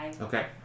Okay